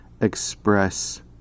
express